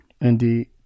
Indeed